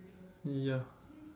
ya